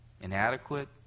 inadequate